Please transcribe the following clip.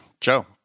Joe